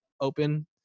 open